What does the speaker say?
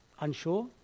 Unsure